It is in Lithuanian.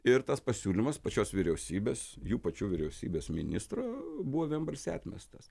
ir tas pasiūlymas pačios vyriausybės jų pačių vyriausybės ministro buvo vienbalsiai atmestas